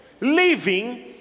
leaving